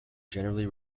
generally